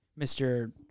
Mr